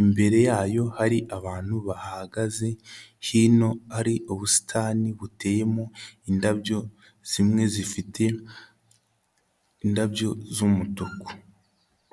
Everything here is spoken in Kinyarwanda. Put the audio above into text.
imbere yayo hari abantu bahahagaze, hino hari ubusitani buteyemo indabyo zimwe zifite indabyo z'umutuku.